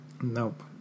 Nope